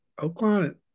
Oakland